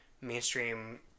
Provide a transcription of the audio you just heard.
mainstream